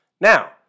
Now